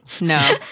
No